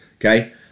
Okay